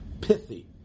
Pithy